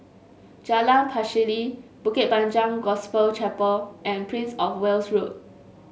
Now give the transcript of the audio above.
Jalan Pacheli Bukit Panjang Gospel Chapel and Prince Of Wales Road